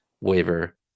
waiver